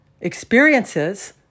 experiences